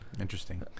Interesting